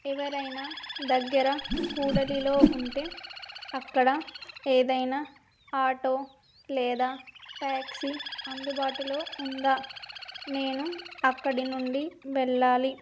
ఎవరైనా దగ్గర కూడలిలో ఉంటే అక్కడ ఏదైనా ఆటో లేదా టాక్సీ అందుబాటులో ఉందా నేను అక్కడి నుండి వెళ్ళాలి